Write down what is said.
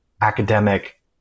academic